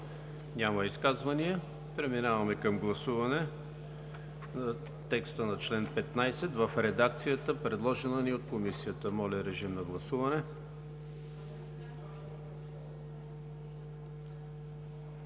Няма изказвания. Преминаваме към гласуване текста на чл. 15 в редакцията, предложена ни от Комисията. Гласуваме